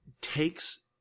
takes